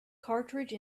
cartridge